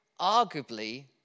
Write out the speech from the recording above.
Arguably